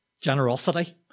generosity